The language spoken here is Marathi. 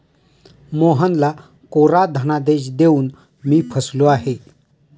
मोहनला कोरा धनादेश देऊन मी फसलो आहे